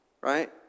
right